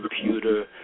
Computer